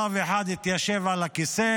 רב אחד התיישב על הכיסא.